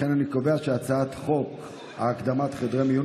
לכן אני קובע שהצעת חוק הקמת חדרי מיון